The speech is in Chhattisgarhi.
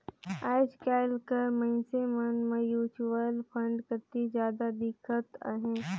आएज काएल कर मइनसे मन म्युचुअल फंड कती जात दिखत अहें